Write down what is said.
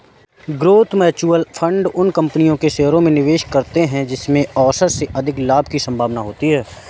growth mutual fund उन कंपनियों के शेयरों में निवेश करते हैं जिनमें औसत से अधिक लाभ की संभावना होती है